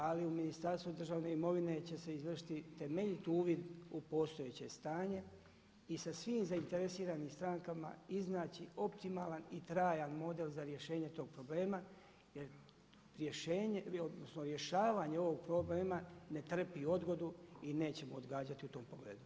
Ali u Ministarstvu državne imovine će se izvršiti temeljit uvid u postojeće stanje i sa svim zainteresiranim strankama iznaći optimalan i trajan model za rješenje tog problema jer rješavanje ovog problema ne trpi odgodu i nećemo odgađati u tom pogledu.